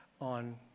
on